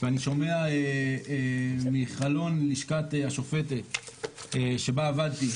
ואני שומע מחלון לשכת השופטת שבה עבדתי,